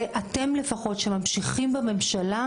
ואתם לפחות, שממשיכים בממשלה,